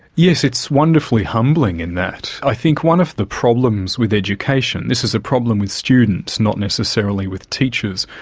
yes, it's wonderfully humbling in that. i think one of the problems with education, this is a problem with students, not necessarily with teachers,